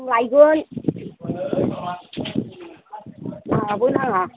आं लायगोन नाङाबो नाङा